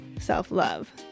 self-love